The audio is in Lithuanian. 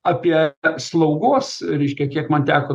apie slaugos reiškia kiek man teko